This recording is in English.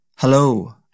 Hello